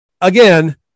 Again